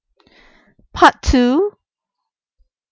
part two